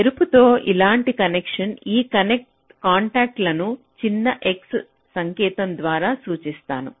ఎరుపుతో ఇలాంటి కనెక్షన్ ఈ కాంటాక్ట్ లను చిన్న x సంకేతం ద్వారా సూచిస్తాను